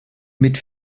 mit